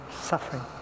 suffering